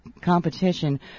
competition